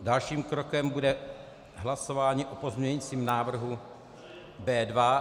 Dalším krokem bude hlasování o pozměňujícím návrhu B2.